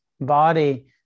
body